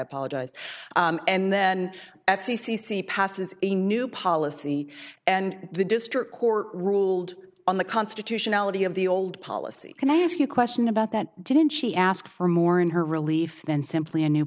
apologized and then at c c c passes a new policy and the district court ruled on the constitutionality of the old policy can i ask a question about that didn't she ask for more in her relief and simply a new